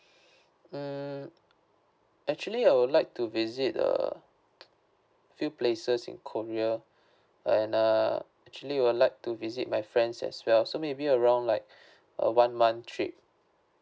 mm actually I would like to visit uh few places in korea and uh actually I would like to visit my friends as well so maybe around like a one month trip